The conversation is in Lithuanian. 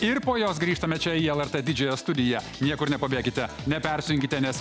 ir po jos grįžtame čia į lrt didžiąją studiją niekur nepabėkite nepersijunkite nes